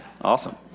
Awesome